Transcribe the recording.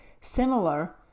similar